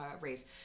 race